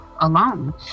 alone